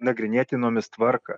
nagrinėtinomis tvarką